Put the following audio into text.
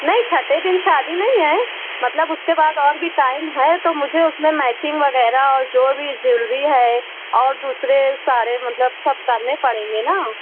نہیں چھٹے دن شادی نہیں ہے مطلب اس کے بعد اور بھی ٹائم ہے تو مجھے اس میں میچنگ وغیرہ اور جو بھی جیولری ہے اور دوسرے سارے مطلب سب کرنے پڑیں گے نا